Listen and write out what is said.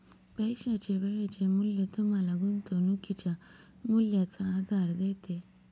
पैशाचे वेळेचे मूल्य तुम्हाला गुंतवणुकीच्या मूल्याचा आधार देते